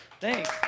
Thanks